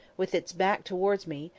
with its back towards me,